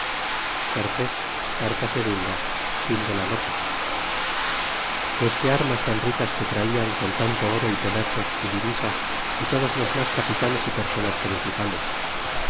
y misericordia con nosotros que traian con tanto oro y penachos y divisas y todos los mas capitanes y personas principales